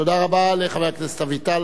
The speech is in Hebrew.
תודה רבה לחבר הכנסת אביטל.